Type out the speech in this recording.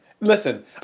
Listen